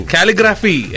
Calligraphy